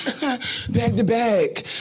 Back-to-back